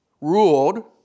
ruled